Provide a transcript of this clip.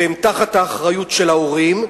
והם תחת האחריות של ההורים,